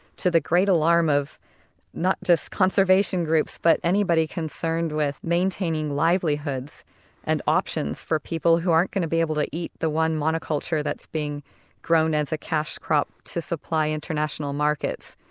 to the great alarm of not just conservation groups but anybody concerned with maintaining livelihoods and options for people who aren't going to be able to eat the one monoculture that's being grown as a cash crop to supply international markets.